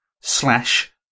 slash